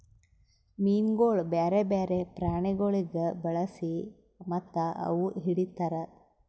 ಮೀನುಗೊಳ್ ಬ್ಯಾರೆ ಬ್ಯಾರೆ ಪ್ರಾಣಿಗೊಳಿಗ್ ಬಳಸಿ ಮತ್ತ ಅವುಕ್ ಹಿಡಿತಾರ್